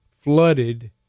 flooded